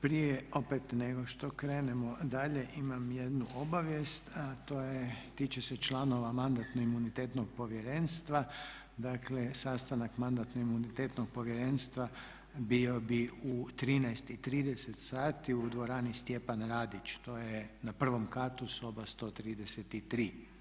Prije opet nego što krenemo dalje imam jednu obavijest a to je, tiče se članova Mandatno-imunitetnog povjerenstva, dakle sastanak Mandatno-imunitetnog povjerenstva bio bi u 13,30 sati u dvorani Stjepan Radić, to je na prvom katu, soba 133.